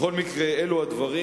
בכל מקרה, אלו הדברים,